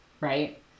right